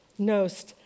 Nost